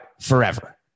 forever